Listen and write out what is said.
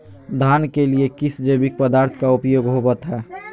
धान के लिए किस जैविक पदार्थ का उपयोग होवत है?